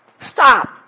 stop